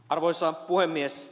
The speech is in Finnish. arvoisa puhemies